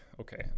okay